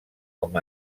com